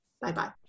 bye-bye